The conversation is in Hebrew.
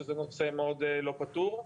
שזה נושא מאוד לא פתור.